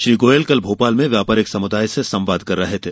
श्री गोयल कल भोपाल में व्यापारिक समुदाय से संवाद कर रहे थे